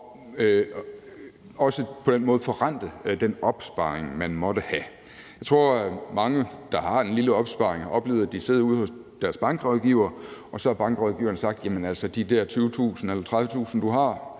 og på den måde også forrente den opsparing, man måtte have. Jeg tror, at mange, der har en lille opsparing, har oplevet at sidde ude hos deres bankrådgiver, og så har bankrådgiveren sagt: Prøv at sætte de der 20.000 kr. eller 30.000 kr., du har,